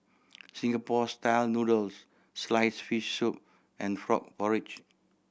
Singapore Style Noodles sliced fish soup and frog porridge